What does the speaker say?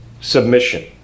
submission